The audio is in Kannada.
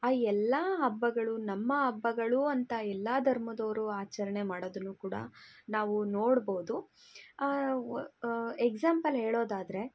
ಆ ಎಲ್ಲ ಹಬ್ಬಗಳು ನಮ್ಮ ಹಬ್ಬಗಳು ಅಂತ ಎಲ್ಲ ಧರ್ಮದವ್ರು ಆಚರಣೆ ಮಾಡೋದನ್ನು ಕೂಡ ನಾವು ನೋಡ್ಬೋದು ವ್ ಎಕ್ಸಾಂಪಲ್ ಹೇಳೋದಾದರೆ